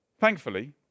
Thankfully